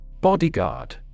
Bodyguard